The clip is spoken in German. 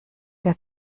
der